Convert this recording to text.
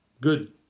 good